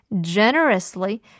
generously